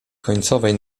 końcowej